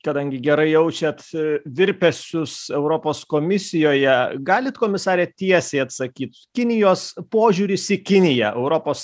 kadangi gerai jaučiat virpesius europos komisijoje galite komisare tiesiai atsakyt kinijos požiūris į kiniją europos